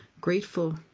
grateful